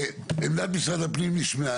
עמדת משרד הפנים נשמעה.